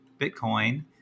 Bitcoin